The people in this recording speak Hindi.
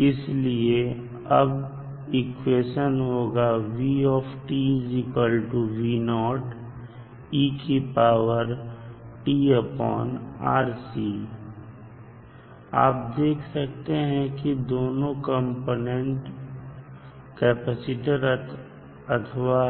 इसलिए अब यह इक्वेशन होगा आप देख सकते हैं कि दोनों कंपोनेंट C अथवा